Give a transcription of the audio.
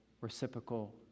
reciprocal